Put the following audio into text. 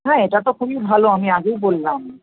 হ্যাঁ এটা তো খুবই ভালো আমি আগেই বললাম